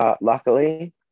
Luckily